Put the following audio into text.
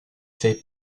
fait